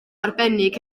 arbennig